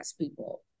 people